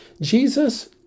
Jesus